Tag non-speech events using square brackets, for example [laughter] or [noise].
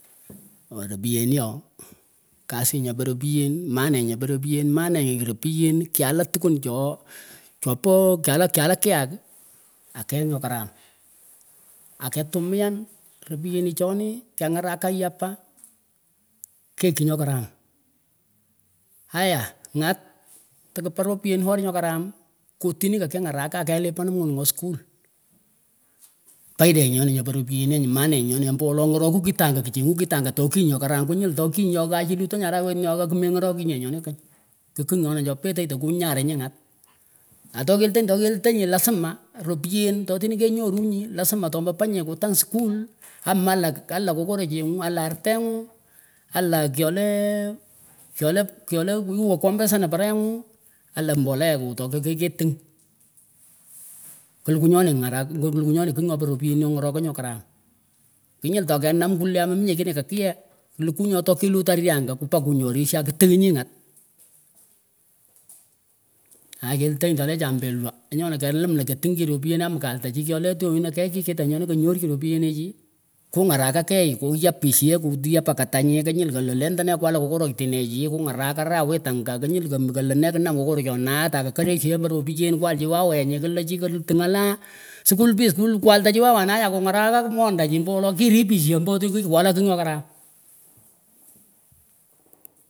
Ooh ropienoh kusing nyopoh ropien maanengih nyopoh ropiuen maanenyih ropien maanenyih ropien kyala kuak akeyh nyoh karam aketumian ropienih chonih keh ngarakan yapah keychih nyokapram nyah nyat tekupah ropien horr nyoh karam kotinih kekingarakah kelipan moningho skull faidaenyih nyonah nyopoh ropienenyuh maanenyih nyinih ombo wolo ngorokuh kitangah kchenguh kitangah toh knyull to kigh chih nyokaram knyull to kighchih nyoghah ilutanyih arahwet nyoh ghaa kumengorokugh nyih kigh kukugh nyonih nyopetogh tahkungarih ngat atohkelutonyih toh kelutonyih lasimaropiyen tohtinih kenyohrunyih lasima tomapanyeh kutangh skull ama aalan alenyih kokorochenguh artenguh aalan kyoleh [hesitation] kyoleh kyoleh iweh kondeshanah parenguh ala mboleyakuh toh kekitengoh kuluk nyoni ngarak klukuh nyoni kigh nyopoh ropien nyoh ngurokoyh nyoh karam kwunyul tohkenam kwuleh amominyeh kigh nyoh kakiigha lukwuh nyokakilot aree angah kipah kunyorisheh akutughinyi ngat akalitonyih atoleh chambilwahngah nyonah kalum to katugh chih ropiyeh kaaltah chih kyoleh tyonyionoh kegh chih kitanyih ngonih kenyorchih ropiyenichi kungaraka kegh kyapchishia kutoyah pat katanyih knyull kelah lendoneh kwaltah kokorocht chinech kungarak arawet angah knywull kelehnee knam kokorochenae takerorosheghah ombo ropiy kwal chih wawenyih klah chih kalitughala skull fees kwtuah chih wananae akagharakah mondanyih ombo wolo kiripishah ombo wolo kikwala kigh nyoh karam.